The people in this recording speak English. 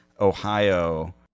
ohio